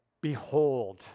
Behold